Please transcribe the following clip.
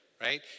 right